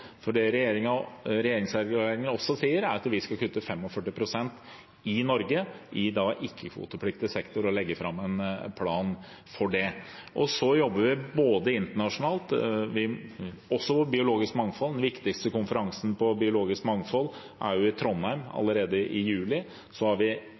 for det som regjeringserklæringen også sier, er at vi skal kutte 45 pst. i Norge i ikke-kvotepliktig sektor og legge fram en plan for det. Vi jobber internasjonalt også når det gjelder biologisk mangfold. Den viktigste konferansen om biologisk mangfold er i Trondheim allerede i juli. Så har vi